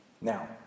now